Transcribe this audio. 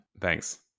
Thanks